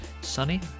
Sunny